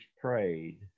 prayed